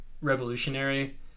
revolutionary